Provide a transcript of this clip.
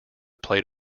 plate